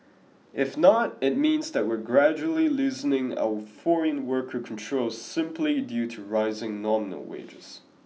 if not it means that we are gradually loosening our foreign worker controls simply due to rising nominal wages